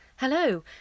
Hello